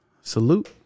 salute